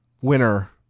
winner